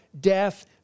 death